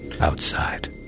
outside